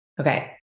Okay